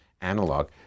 analog